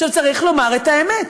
עכשיו, צריך לומר את האמת,